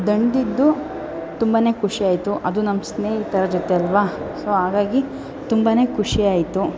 ದಣಿದಿದ್ದು ತುಂಬ ಖುಷಿಯಾಯಿತು ಅದು ನಮ್ಮ ಸ್ನೇಹಿತರ ಜೊತೆ ಅಲ್ಲವಾ ಸೊ ಹಾಗಾಗಿ ತುಂಬ ಖುಷಿಯಾಯಿತು